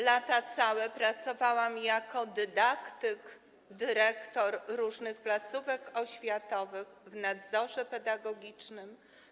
Lata całe pracowałam jako dydaktyk, dyrektor różnych placówek oświatowych, w nadzorze pedagogicznym.